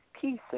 pieces